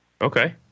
Okay